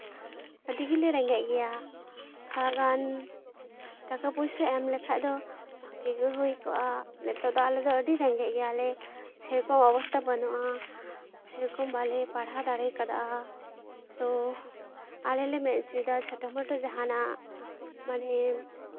ᱟᱹᱰᱤ ᱜᱮᱞᱮ ᱨᱮᱸᱜᱮᱡ ᱜᱮᱭᱟ ᱛᱷᱚᱲᱟᱜᱟᱱ ᱴᱟᱠᱟ ᱯᱩᱭᱥᱟᱹ ᱮᱢ ᱞᱮᱠᱷᱟᱡ ᱫᱚ ᱵᱷᱟᱜᱮ ᱜᱮ ᱦᱩᱭ ᱠᱚᱜᱼᱟ ᱱᱤᱛᱚᱜ ᱫᱚ ᱟᱞᱮ ᱫᱚ ᱟᱹᱰᱤ ᱨᱮᱸᱜᱮᱡ ᱜᱮᱭᱟᱞᱮ ᱥᱮᱨᱚᱠᱚᱢ ᱚᱵᱚᱥᱛᱷᱟ ᱵᱟᱹᱱᱩᱜᱼᱟ ᱥᱮᱨᱚᱠᱚᱢ ᱵᱟᱞᱮ ᱯᱟᱲᱦᱟᱣ ᱫᱟᱲᱮ ᱠᱟᱫᱟ ᱛᱚ ᱟᱞᱮ ᱞᱮ ᱢᱮᱱ ᱦᱚᱪᱚᱭᱮᱫᱟ ᱡᱟᱦᱟᱱᱟᱜ ᱢᱟᱱᱮ